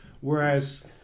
Whereas